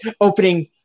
Opening